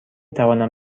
توانم